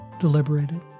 deliberated